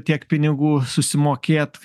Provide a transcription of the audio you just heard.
tiek pinigų susimokėt